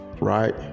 right